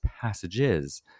Passages